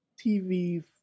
TV